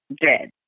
dead